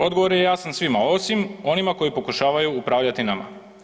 Odgovor je jasan svima osim onima koji pokušavaju upravljati nama.